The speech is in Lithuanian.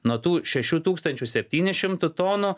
nuo tų šešių tūkstančių septynių šimtų tonų